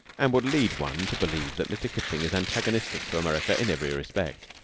and would lead one to believe that mr. kipling is antagonistic to america in every respect.